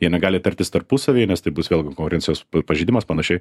jie negali tartis tarpusavyje nes tai bus vėlgi konkurencijos pažeidimas panašiai